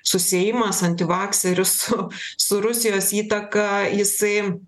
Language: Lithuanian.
susiejimas antivakserius su su rusijos įtaka jisai